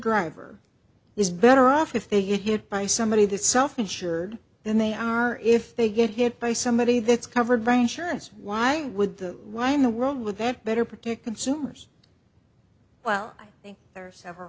driver is better off if they get you by somebody that self insured then they are if they get hit by somebody that's covered by insurance why would the why in the world would that better protected soonest well i think there are several